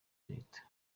leta